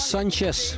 Sanchez